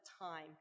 time